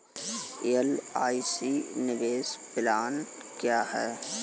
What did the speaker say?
LIC निवेश plan क्या है?